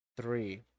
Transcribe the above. Three